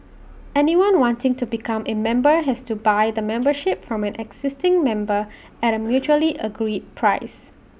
anyone wanting to become A member has to buy the membership from an existing member at A mutually agreed price